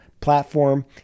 platform